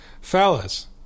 fellas